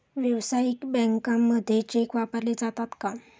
व्यावसायिक बँकांमध्ये चेक वापरले जातात का?